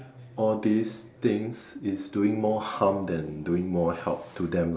all this things is doing more harm than doing more help to them lah